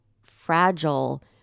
fragile